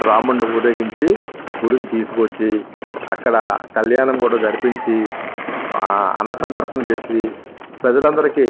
రాముడిని ఊరేగించి గుడికి తీసుకుని వచ్చి అక్కడ కల్యాణం కూడా జరిపించి ఆ అన్న సంతర్పణ చేసి ప్రజలందరికి